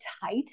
tight